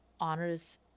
honors